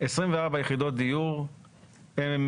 24 יחידות דיור הן